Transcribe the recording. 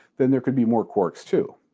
then there could be more quarks too.